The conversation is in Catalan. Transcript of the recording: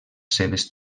seves